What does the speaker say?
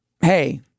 Hey